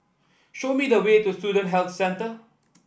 show me the way to Student Health Centre